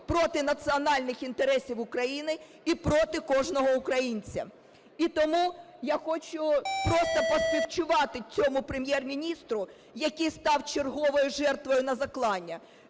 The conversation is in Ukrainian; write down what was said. проти національних інтересів України і проти кожного українця. І тому я хочу просто поспівчувати цьому Прем'єр-міністру, який став черговою жертвою на заклання.